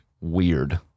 Weird